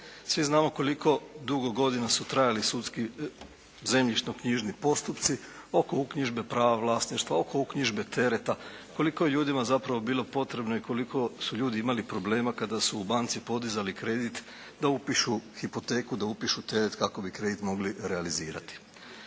Svi znamo koliko dugo godina su trajali sudski zemljišno knjižni postupci oko uknjižbe prava vlasništva, oko uknjižbe tereta, koliko je ljudima zapravo bilo potrebno i koliko su ljudi imali problema kada su u banci podizali kredit da upišu hipoteku, da upišu te kako bi kredit mogli realizirati.